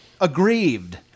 aggrieved